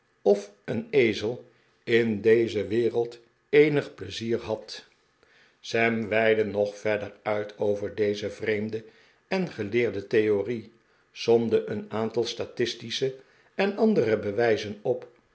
of een ezel in deze wereld eenig pleizier had sam weidde nog verder uit over deze vreemde en geleerde theorie somde een aantal statistische en andere bewijzen op